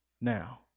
now